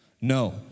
No